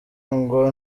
ngo